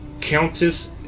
Countess